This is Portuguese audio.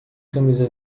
camisa